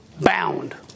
bound